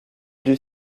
dut